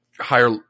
higher